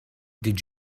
did